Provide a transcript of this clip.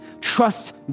Trust